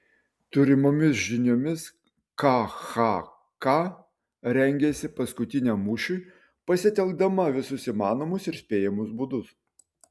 turimomis žiniomis khk rengiasi paskutiniam mūšiui pasitelkdama visus įmanomus ir spėjamus būdus